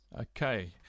Okay